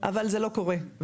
אבל זה לא קורה.